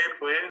please